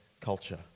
culture